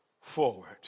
forward